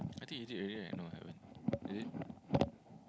I think he did already right no haven't is it